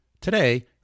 Today